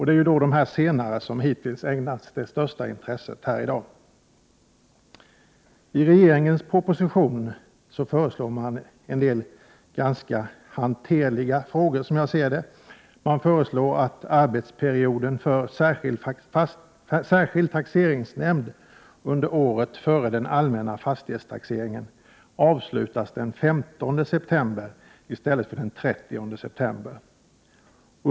Det är ju dessa senare som hittills har ägnats det största intresset här i dag. I propositionen föreslås, som jag ser det, en del ganska hanterliga frågor. Det föreslås att arbetsperioden för särskild taxeringsnämnd under året före den allmänna fastighetstaxeringen avslutas den 15 september i stället för den 30 september.